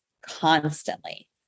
constantly